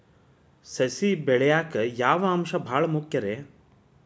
ಸಸಿ ಬೆಳೆಯಾಕ್ ಯಾವ ಅಂಶ ಭಾಳ ಮುಖ್ಯ ರೇ?